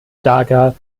starker